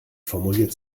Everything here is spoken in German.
formuliert